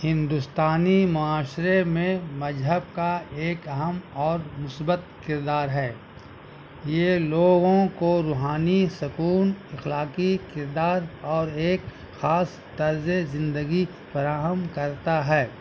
ہندوستانی معاشرے میں مذہب کا ایک اہم اور مثبت کردار ہے یہ لوگوں کو روحانی سکون اخلاقی کردار اور ایک خاص طرز زندگی فراہم کرتا ہے